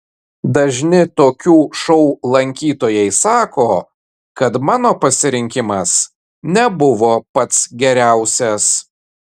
dažni tokių šou lankytojai sako kad mano pasirinkimas nebuvo pats geriausias